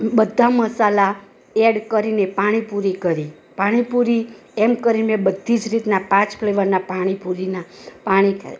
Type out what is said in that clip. બધા મસાલા એડ કરીને પાણીપુરી કરી પાણીપુરી એમ કરી ને બધી જ રીતના પાંચ ફ્લેવરના પાણીપુરીના પાણી થાય